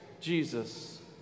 Jesus